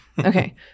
Okay